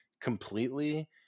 completely